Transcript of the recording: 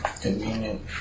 convenient